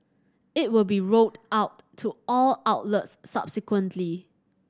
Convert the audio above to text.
it will be rolled out to all outlets subsequently